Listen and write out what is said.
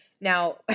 Now